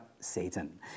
Satan